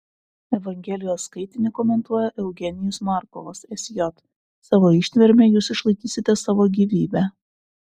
evangelijos skaitinį komentuoja eugenijus markovas sj savo ištverme jūs išlaikysite savo gyvybę